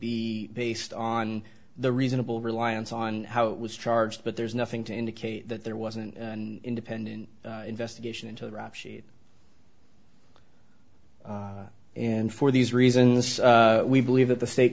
be based on the reasonable reliance on how it was charged but there's nothing to indicate that there was an independent investigation into the rap sheet and for these reasons we believe that the state